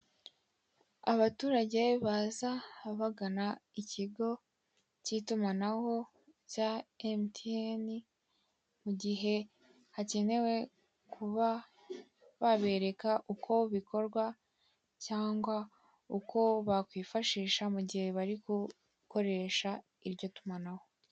Abaturage baza bagana ikigo cy'itumanaho cya MTN, mugihe hakeneye kuba babereka uko bikorwa cyangwa uko bakwifashisha mugihe bari gukoresha iryo tumanaho.